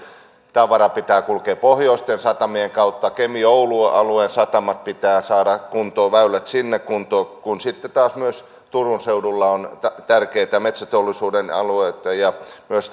tavaran pitää kulkea pohjoisten satamien kautta kemi oulu alueen satamat pitää saada kuntoon väylät sinne kuntoon kun sitten taas myös turun seudulla on tärkeitä metsäteollisuuden alueita myös